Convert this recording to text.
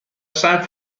san